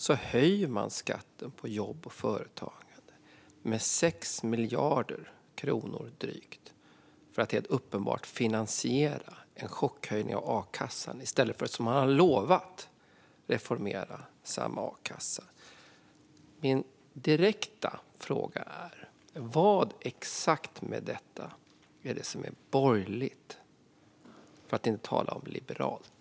Då höjer man skatten på jobb och företagande med drygt 6 miljarder kronor, helt uppenbart för att finansiera en chockhöjning av akassan i stället för att, som man har lovat, reformera samma a-kassa. Min direkta fråga är: Exakt vad med detta är det som är borgerligt, för att inte tala om liberalt?